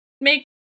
make